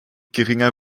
geringer